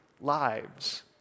lives